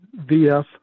VF